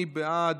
מי בעד?